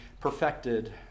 perfected